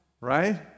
right